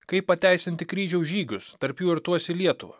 kaip pateisinti kryžiaus žygius tarp jų ir tuos į lietuvą